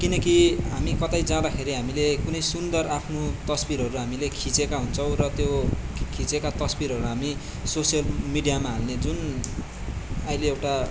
किनकि हामी कतै जाँदाखेरि हामीले कुनै सुन्दर आफ्नो तस्विरहरू हामीले खिचेका हुन्छौँ र त्यो खिचेका तस्विरहरू हामी सोसियल मिडियामा हाल्ने जुन अहिले एउटा